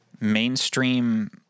mainstream